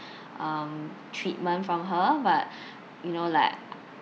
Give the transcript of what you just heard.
um treatment from her but you know like